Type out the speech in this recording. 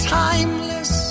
timeless